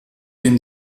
den